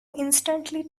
instantly